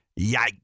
yikes